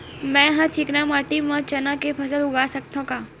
मै ह चिकना माटी म चना के फसल उगा सकथव का?